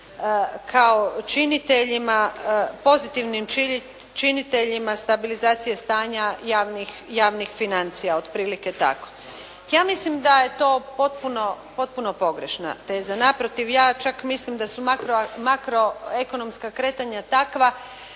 kao činiteljima, pozitivnim činiteljima stabilizacije stanja javnih financija, otprilike tako. Ja mislim da je to potpuno pogrešna teza. Naprotiv, ja čak mislim da su makroekonomska kretanja takva